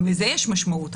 גם לזה יש משמעות.